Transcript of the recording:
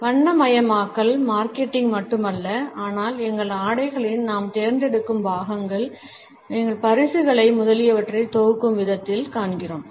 வண்ணமயமாக்கல் marketing மட்டுமல்ல ஆனால் எங்கள் ஆடைகளில் நாம் தேர்ந்தெடுக்கும் பாகங்கள் எங்கள் பரிசுகளை முதலியவற்றை தொகுக்கும் விதத்தில் காண்கிறோம்